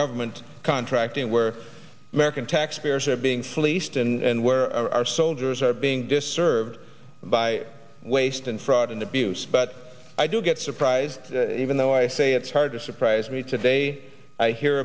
government contracting where american taxpayers are being fleeced and where our soldiers are being disserved by waste and fraud and abuse but i do get surprised even though i say it's hard to surprise me today i hear